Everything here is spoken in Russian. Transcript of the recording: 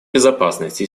безопасности